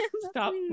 stop